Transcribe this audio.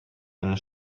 einen